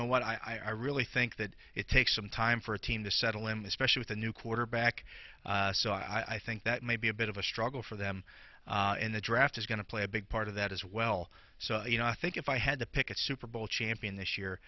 know what i really think that it takes some time for a team to settle him especially with a new quarterback so i think that may be a bit of a struggle for them in the draft is going to play a big part of that as well so you know i think if i had to pick a super bowl champion this year